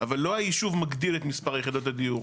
אבל לא היישוב מגדיר את מספר יחידות הדיור.